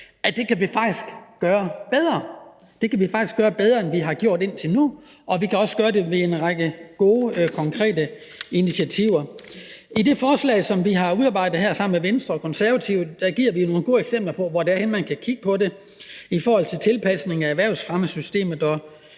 i hvert fald klart vurderer at kan vi faktisk gøre bedre, end vi har gjort indtil nu, og vi kan også gøre det ved en række gode konkrete initiativer. I det forslag, som vi her har udarbejdet sammen med Venstre og Konservative, giver vi nogle gode eksempler på, hvordan man kan kigge på det i forhold til tilpasning af erhvervsfremmesystemet og